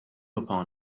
upon